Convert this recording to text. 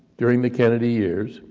during the kennedy years,